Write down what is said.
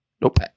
Nope